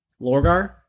Lorgar